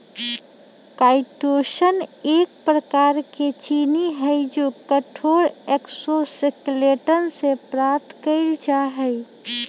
chitosan एक प्रकार के चीनी हई जो कठोर एक्सोस्केलेटन से प्राप्त कइल जा हई